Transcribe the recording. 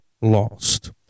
lost